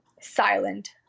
silent